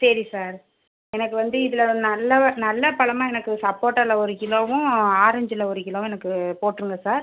சரி சார் எனக்கு வந்து இதில் நல்ல நல்ல பழமா எனக்கு சப்போட்டாவில் ஒரு கிலோவும் ஆரஞ்சில் ஒரு கிலோவும் எனக்கு போட்டுருங்க சார்